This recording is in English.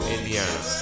Indiana